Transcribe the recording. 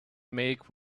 make